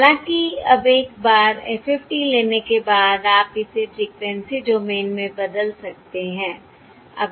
हालाँकि अब एक बार FFT लेने के बाद आप इसे फ़्रीक्वेंसी डोमेन में बदल सकते हैं